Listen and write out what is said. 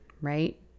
right